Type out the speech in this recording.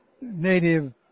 native